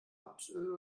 rapsöl